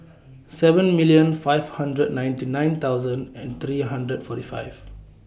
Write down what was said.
seven million five hundred ninety nine thousand and three hundred forty five